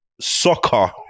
Soccer